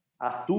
Arthur